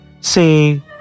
say